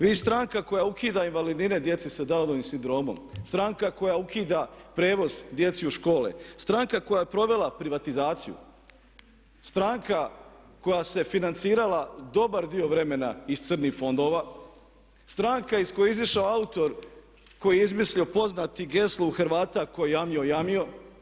Vi, stranka koja ukida invalidnine djeci s Dow novim sindromom, stranka koja ukida prijevoz djeci u škole, stranka koja je provela privatizaciju, stranka koja se financirala dobar dio vremena iz crnih fondova, stranka iz koje je izišao autor koji je izmislio poznati geslo u Hrvata „Tko je jamio, jamio.